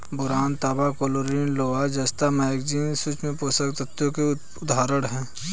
boron, तांबा, chlorine, लोहा, जस्ता, मैंगनीज सूक्ष्म पोषक तत्वों के उदाहरण हैं